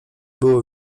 było